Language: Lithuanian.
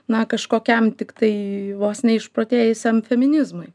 na kažkokiam tiktai vos neišprotėjusiam feminizmui